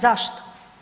Zašto?